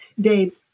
Dave